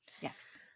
Yes